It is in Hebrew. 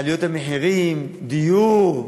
עליות המחירים, דיור,